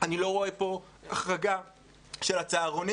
אני לא רואה פה החרגה של הצהרונים,